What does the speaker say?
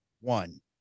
one